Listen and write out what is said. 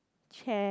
chair